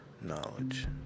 knowledge